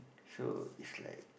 so is like